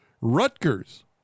Rutgers